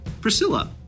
Priscilla